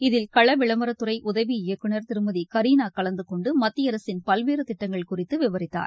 இதில் கள விளம்பரத்துறை உதவி இயக்குனர் திருமதி கரீனா கலந்துகொண்டு மத்திய அரசின் பல்வேறு திட்டங்கள் குறித்து விவரித்தார்